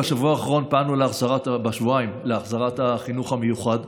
בשבועיים האחרונים פעלנו להחזרת החינוך המיוחד.